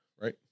Right